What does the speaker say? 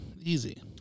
Easy